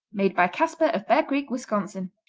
made by kasper of bear creek, wisconsin.